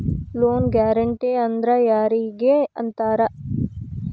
Loan guarantee ಅಂದ್ರ್ ಯಾರಿಗ್ ಅಂತಾರ?